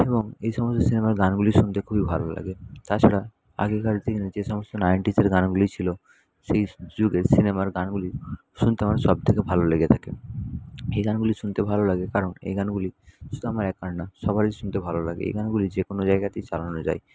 এবং এই সমস্ত সিনেমার গানগুলি শুনতে খুবই ভালো লাগে তাছাড়া আগেকার দিনে যে সমস্ত নাইনটিসের গানগুলি ছিল সেই যুগে সিনেমার গানগুলি শুনতে আমার সবথেকে ভালো লেগে থাকে এই গানগুলি শুনতে ভালো লাগে কারণ এই গানগুলি শুধু আমার একার না সবারই শুনতে ভালো লাগে এই গানগুলি যে কোনও জায়গাতেই চালানো যায়